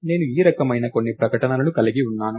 నేను ఈ రకమైన కొన్ని ప్రకటనలను కలిగి ఉన్నాను